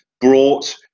brought